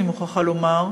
אני מוכרחה לומר,